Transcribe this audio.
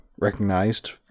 recognized